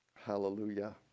Hallelujah